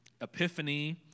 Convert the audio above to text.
Epiphany